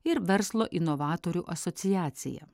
ir verslo inovatorių asociacija